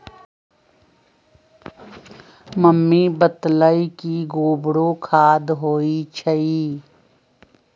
mummy बतअलई कि गोबरो खाद होई छई